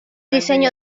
diseño